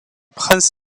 prince